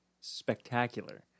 spectacular